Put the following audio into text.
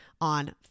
on